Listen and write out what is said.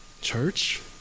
Church